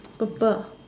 purple